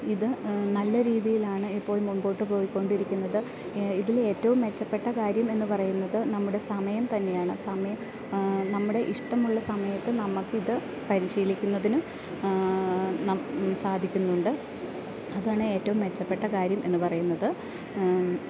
ഇത് നല്ല രീതിയിലാണ് ഇപ്പോൾ മുമ്പോട്ട് പോയി കൊണ്ടിരിക്കുന്നത് ഇതിൽ ഏറ്റവും മെച്ചപ്പെട്ട കാര്യം എന്ന് പറയുന്നത് നമ്മുടെ സമയം തന്നെയാണ് സമയം നമ്മുടെ ഇഷ്ടമുള്ള സമയത്ത് നമുക്ക് ഇത് പരിശീലിക്കുന്നതിന് സാധിക്കുന്നുണ്ട് അതാണ് ഏറ്റവും മെച്ചപ്പെട്ട കാര്യം എന്ന് പറയുന്നത്